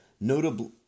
notably